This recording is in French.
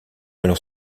alors